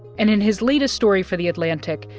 and in his latest story for the atlantic,